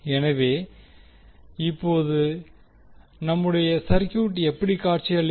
எனவே இப்போது நம்முடைய சர்கியூட் எப்படி காட்சியளிக்கும்